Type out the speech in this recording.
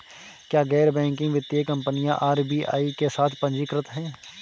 क्या गैर बैंकिंग वित्तीय कंपनियां आर.बी.आई के साथ पंजीकृत हैं?